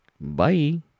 bye